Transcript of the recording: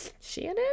Shannon